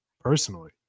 personally